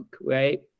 right